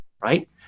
right